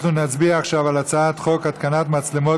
אנחנו נצביע עכשיו על הצעת חוק התקנת מצלמות